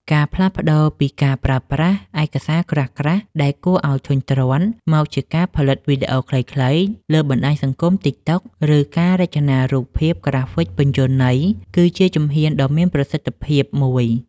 ការផ្លាស់ប្តូរពីការប្រើប្រាស់ឯកសារក្រាស់ៗដែលគួរឱ្យធុញទ្រាន់ មកជាការផលិតវីដេអូខ្លីៗលើបណ្ដាញសង្គម ទិកតុក (TikTok) ឬការរចនារូបភាពក្រាហ្វិកពន្យល់ន័យ (Infographics) គឺជាជំហានដ៏មានប្រសិទ្ធភាពមួយ។